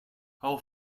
how